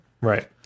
right